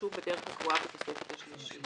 יוגשו בדרך הקבועה בתוספת השלישית.